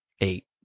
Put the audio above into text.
Eight